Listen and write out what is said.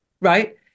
Right